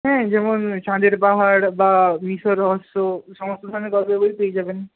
হ্যাঁ যেমন চাঁদের পাহাড় বা মিশর রহস্য সমস্ত ধরনের গল্পের বই পেয়ে যাবেন